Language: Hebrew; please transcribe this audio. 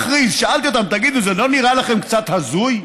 שאלתי אותם: תגידו, זה לא נראה לכם קצת הזוי?